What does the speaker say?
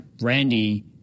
Randy